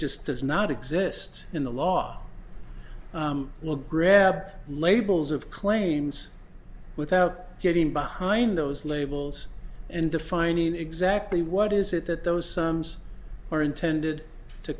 just does not exist in the law will grab labels of claims without getting behind those labels and defining exactly what is it that those sums are intended to